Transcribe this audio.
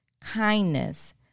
kindness